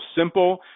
simple